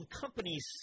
companies